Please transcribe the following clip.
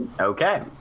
Okay